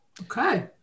Okay